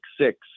six